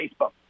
Facebook